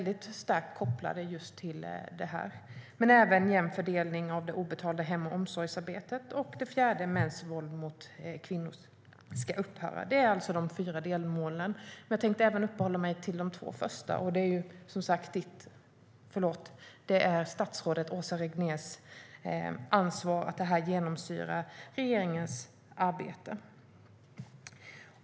Det tredje är jämn fördelning av det obetalda hem och omsorgsarbetet. Det fjärde är att mäns våld mot kvinnor ska upphöra. Jag tänkte uppehålla mig vid de två första delmålen. Det är som sagt statsrådets Åsa Regnérs ansvar att detta genomsyrar regeringens arbete.